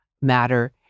matter